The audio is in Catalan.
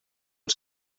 els